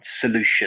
solution